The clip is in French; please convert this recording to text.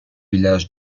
village